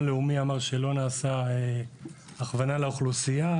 לאומי נאמר שלא נעשתה הכוונה לאוכלוסייה,